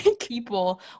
people